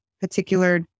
particular